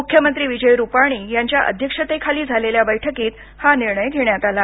मुख्यमंत्री विजय रूपानी यांच्या अध्यक्षतेखाली झालेल्या बैठकीत हा निर्णय घेण्यात आला